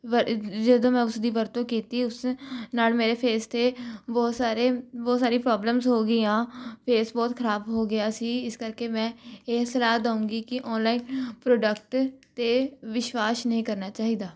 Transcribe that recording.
ਵਰ ਜਦੋ ਮੈਂ ਉਸਦੀ ਵਰਤੋਂ ਕੀਤੀ ਉਸ ਨਾਲ ਮੇਰੇ ਫ਼ੇਸ 'ਤੇ ਬਹੁਤ ਸਾਰੇ ਬਹੁਤ ਸਾਰੀ ਪਰੋਬਲਮਜ਼ ਹੋ ਗਈਆਂ ਫ਼ੇਸ ਬਹੁਤ ਖਰਾਬ ਹੋ ਗਿਆ ਸੀ ਇਸ ਕਰਕੇ ਮੈਂ ਇਹ ਸਲਾਹ ਦਉਗੀ ਕਿ ਔਨਲਾਈਨ ਪ੍ਰੋਡਕਟ 'ਤੇ ਵਿਸ਼ਵਾਸ ਨਹੀਂ ਕਰਨਾ ਚਾਹੀਦਾ